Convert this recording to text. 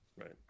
right